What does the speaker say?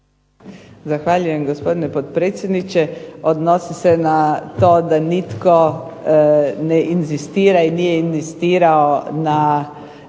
Zahvaljujem gospodine potpredsjedniče. Odnosi se na to da nitko ne inzistira i nije inzistirao na